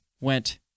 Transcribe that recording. went